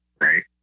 Right